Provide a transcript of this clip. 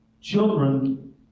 children